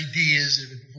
ideas